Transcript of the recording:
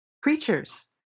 creatures